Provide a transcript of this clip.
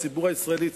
הציבור הישראלי,